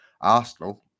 Arsenal